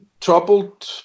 troubled